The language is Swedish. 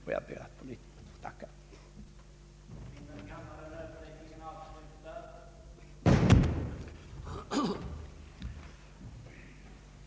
Jag ber än en gång att få tacka för svaret.